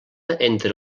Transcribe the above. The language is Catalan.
entre